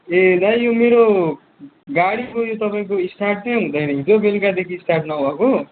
ए दादा यो मेरो गाडीको यो तपाईँको स्टार्ट नै हुँदैन हिजो बेलुकादेखि स्टार्ट नभएको